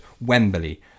Wembley